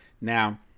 Now